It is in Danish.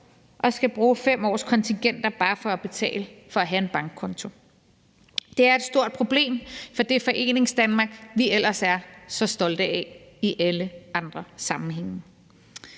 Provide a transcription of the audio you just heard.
og skal bruge 5 års kontingenter bare for at betale for at have en bankkonto. Det er et stort problem for det Foreningsdanmark, vi ellers er så stolte af i alle andre sammenhænge.